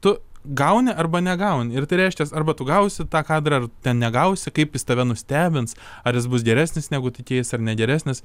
tu gauni arba negauni ir tai reiškias arba tu gausi tą kadrą ar ten negausi kaip jis tave nustebins ar jis bus geresnis negu tikėjaisi ar ne geresnis